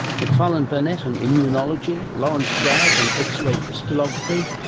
macfarlane burnet and immunology, lawrence bragg and x-ray crystallography,